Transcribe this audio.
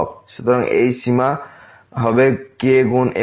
সুতরাং এই সীমা হবে k গুণ L1